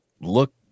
look